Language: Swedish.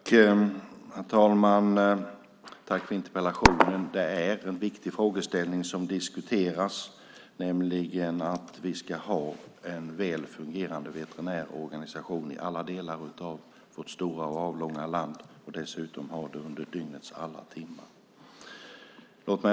Herr talman! Jag vill tacka för interpellationen. Det är en viktig frågeställning som där diskuteras, nämligen att vi ska ha en väl fungerande veterinärorganisation i alla delar av vårt stora och avlånga land - dessutom under dygnets alla timmar.